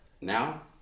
now